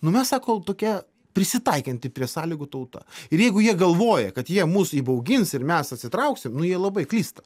nu mes sako tokia prisitaikanti prie sąlygų tauta ir jeigu jie galvoja kad jie mus įbaugins ir mes atsitrauksim nu jie labai klysta